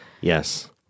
Yes